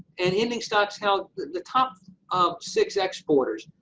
and ending stocks, held the the top um six exporters,